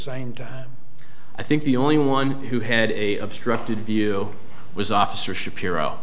same time i think the only one who had a obstructed view was officer shapiro